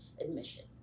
admission